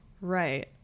Right